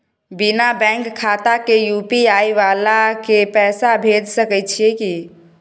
बिना बैंक खाता के यु.पी.आई वाला के पैसा भेज सकै छिए की?